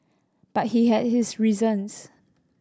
but he had his reasons